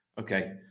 okay